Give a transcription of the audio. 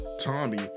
Tommy